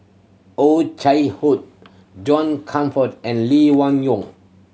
Oh Chai Hoo John Crawfurd and Lee Wung Yew